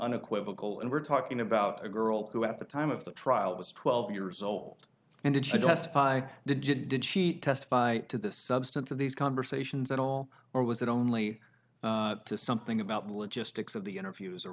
unequivocal and we're talking about a girl who at the time of the trial was twelve years old and it should testify digit did she testify to the substance of these conversations at all or was it only to something about the logistics of the interviews or